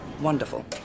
Wonderful